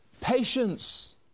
patience